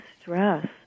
stress